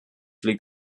liegt